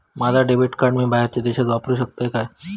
माझा debit card मी बाहेरच्या देशात वापरू शकतय काय?